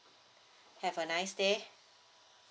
have a nice day